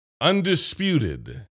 undisputed